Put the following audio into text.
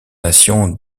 nation